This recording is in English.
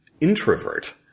introvert